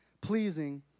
pleasing